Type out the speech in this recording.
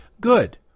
good